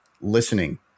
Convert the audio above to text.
listening